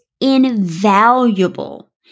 invaluable